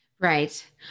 Right